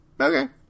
Okay